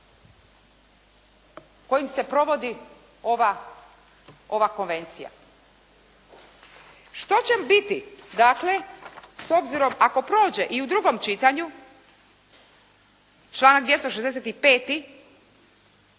kojim se provodi ovi konvencija. Što će on biti dakle s obzirom ako prođe i u drugom čitanju, članak 265.